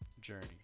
journey